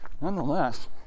nonetheless